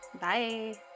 Bye